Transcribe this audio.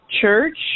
church